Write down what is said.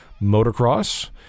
Motocross